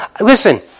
Listen